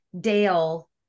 Dale